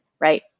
right